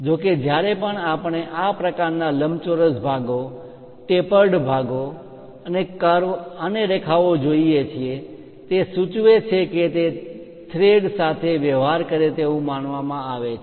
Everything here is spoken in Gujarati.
જો કે જ્યારે પણ આપણે આ પ્રકારના લંબચોરસ ભાગો ટેપર્ડ ભાગો અને કર્વ અને રેખાઓ જોઈએ છીએ તે સૂચવે છે કે તે થ્રેડ સાથે વ્યવહાર કરે તેવું માનવામાં આવે છે